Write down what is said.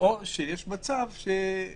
או שיש מצב שהם